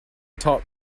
top